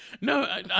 No